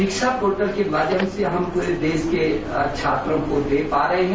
दीक्षा portal के माध्यरम से हम पूरे देश के छात्रों को दे पा रहे है